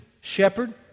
Shepherd